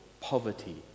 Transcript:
poverty